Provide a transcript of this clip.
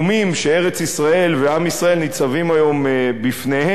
שארץ-ישראל ועם ישראל ניצבים היום בפניהם,